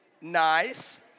Nice